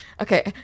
Okay